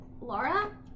Laura